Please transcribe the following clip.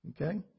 Okay